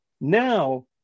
Now